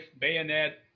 bayonet